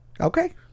Okay